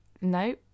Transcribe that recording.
no